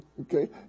Okay